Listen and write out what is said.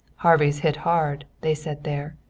harvey's hit hard, they said there.